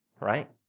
right